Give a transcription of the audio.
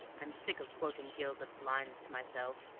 i'm sick of quoting gilbert's lines to myself,